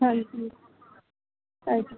ਹਾਂਜੀ ਅਛ